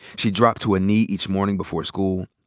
she dropped to a knee each morning before school,